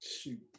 Shoot